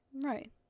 Right